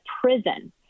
prison